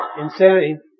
insane